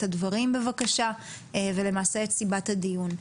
הדברים בבקשה ולמעשה את סיבת הדיון.